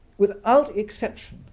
without exception,